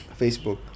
facebook